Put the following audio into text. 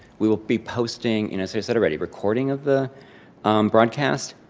we will be posting and as i said already, recording of the broadcast,